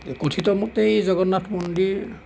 কথিত মতে এই জগন্নাথ মন্দিৰ